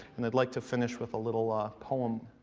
and i'd like to finish with a little ah poem.